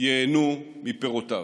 ייהנו מפירותיו.